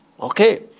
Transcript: Okay